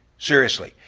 seriously,